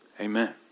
Amen